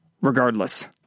regardless